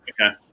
okay